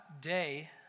day